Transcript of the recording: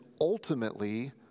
ultimately